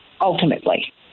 ultimately